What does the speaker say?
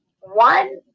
one